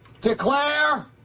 declare